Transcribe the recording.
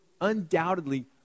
undoubtedly